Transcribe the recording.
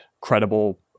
credible